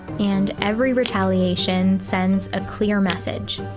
and every retaliation sends a clear message.